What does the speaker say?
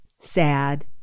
Sad